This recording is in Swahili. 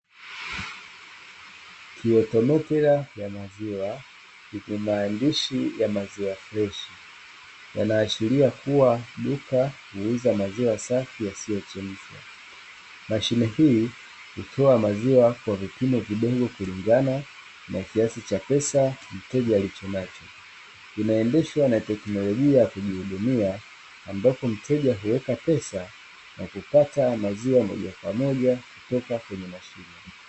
Kioutomotela cha maziwa chenye maandishi ya maziwa freshi, yanaashiria kuwa duka huuza maziwa safi yasiyochemshwa. Mashine hii hutoa maziwa kwa vipimo vidogo kulingana na kiasi cha pesa mteja alichonacho. Inaendeshwa na teknolojia ya kujihudumia, ambapo mteja huweka pesa na kupata maziwa moja kwa moja kutoka kwenye mashine.